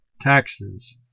Taxes